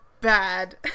bad